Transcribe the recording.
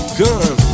gun